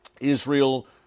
Israel